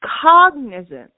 cognizant